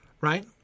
right